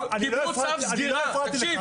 --------- קיבלו צו סגירה --- אני לא הפרעתי לך.